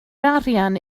arian